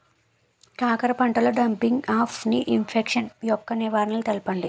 కాకర పంటలో డంపింగ్ఆఫ్ని ఇన్ఫెక్షన్ యెక్క నివారణలు తెలపండి?